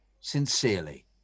Sincerely